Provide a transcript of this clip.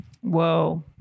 Whoa